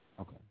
Okay